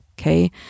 Okay